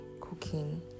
cooking